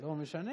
לא, משנה.